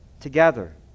Together